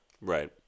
Right